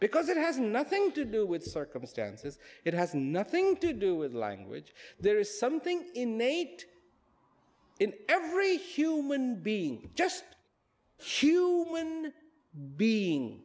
because it has nothing to do with circumstances it has nothing to do with language there is something innate in every human being just huge when being